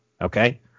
Okay